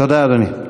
תודה, אדוני.